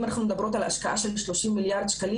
אם אנחנו מדברות על השקעה של 30 מיליארד שקלים